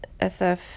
SF